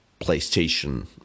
PlayStation